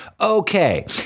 Okay